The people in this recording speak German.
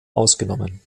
ausgenommen